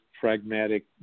pragmatic